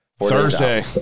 Thursday